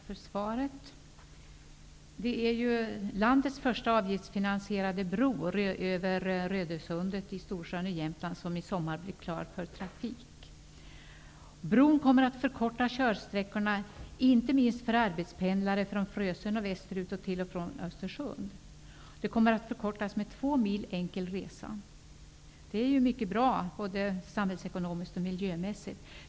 Fru talman! Tack för svaret. Rödösundet i Storsjön i Jämtland, och den blir klar för trafik i sommar. Bron kommer att förkorta körsträckorna inte minst för arbetspendlare från Körsträckan kommer att förkortas med 2 mil för en enkel resa. Det är mycket bra både samhällsekonomiskt och miljömässigt.